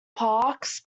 parks